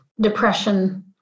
depression